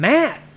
Matt